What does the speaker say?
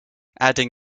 adding